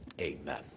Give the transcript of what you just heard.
Amen